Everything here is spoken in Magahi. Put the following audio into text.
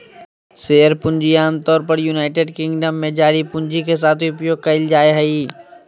शेयर पूंजी आमतौर पर यूनाइटेड किंगडम में जारी पूंजी के साथ उपयोग कइल जाय हइ